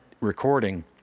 recording